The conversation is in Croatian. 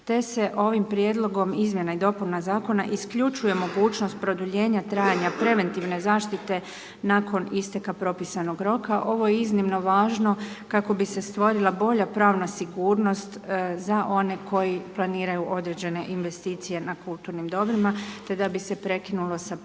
te se ovim prijedlogom izmjena i dopuna zakona isključuje mogućnost produljenja trajanja preventivne zaštite nakon isteka propisanog roka. Ovo je iznimno važno kako bi se stvorila bolja pravna sigurnost za one koji planiraju određene investicije na kulturnim dobrima te da bi se prekinulo sa praksom